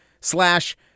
slash